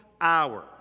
hour